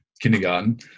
kindergarten